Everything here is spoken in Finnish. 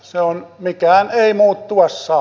se on mikään ei muuttua saa